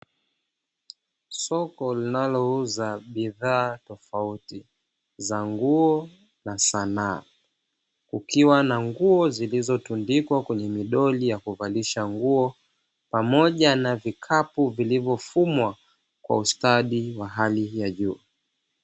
Soko linalouza bidhaa tofauti za nguo na sanaa kukiwa na nguo, zilizotundikwa kwenye midoli ya kuvalisha nguo pamoja na vikapu vilivyofumwa kwa ustadi wa hali ya juu.